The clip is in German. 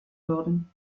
würden